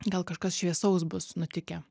gal kažkas šviesaus bus nutikę